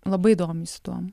labai domisi tuo